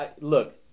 Look